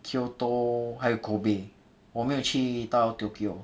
kyoto 还有 kobe 我没有去到 tokyo